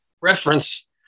reference